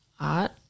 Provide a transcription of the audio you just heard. art